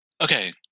Okay